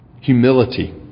humility